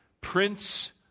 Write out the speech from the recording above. Prince